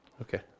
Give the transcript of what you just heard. Okay